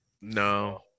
No